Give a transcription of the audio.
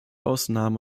ausnahmen